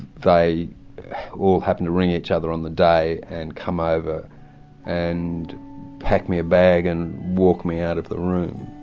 they all happened to ring each other on the day and come over and pack me a bag and walk me out of the room.